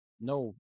no